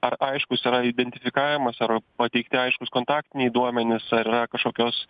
ar aiškus yra identifikavimas ar pateikti aiškūs kontaktiniai duomenys ar yra kažkokios